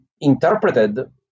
interpreted